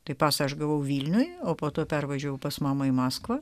tai pasą aš gavau vilniuje o po to pervažiavau pas mamą į maskvą